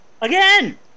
Again